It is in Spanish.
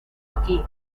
aquí